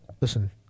listen